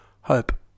hope